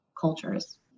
cultures